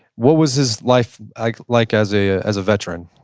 what was his life like like as a ah as a veteran?